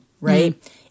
right